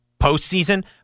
postseason